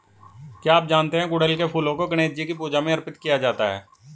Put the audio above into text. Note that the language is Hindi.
क्या आप जानते है गुड़हल के फूलों को गणेशजी की पूजा में अर्पित किया जाता है?